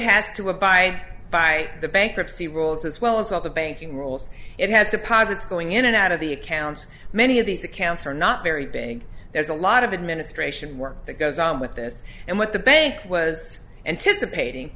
has to abide by the bankruptcy rules as well as all the banking rules it has deposits going in and out of the accounts many of these accounts are not very big there's a lot of administration work that goes on with this and what the bank was anticipating